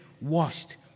washed